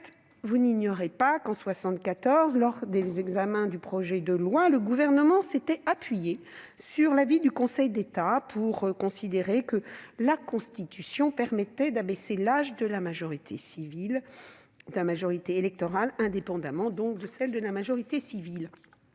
vous n'ignorez pas qu'en 1974, lors de l'examen de son projet de loi, le gouvernement d'alors s'était appuyé sur l'avis du Conseil d'État pour considérer que la Constitution permettait d'abaisser l'âge de la majorité électorale indépendamment de celui de la majorité civile.